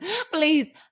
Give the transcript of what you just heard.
Please